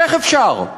איך אפשר?